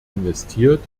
investiert